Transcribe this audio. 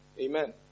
Amen